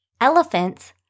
Elephants